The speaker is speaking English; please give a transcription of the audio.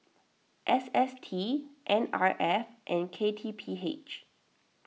S S T N R F and K T P H